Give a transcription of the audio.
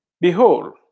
behold